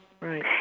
right